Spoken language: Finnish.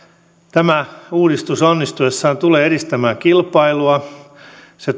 tämä uudistus onnistuessaan tulee edistämään kilpailua se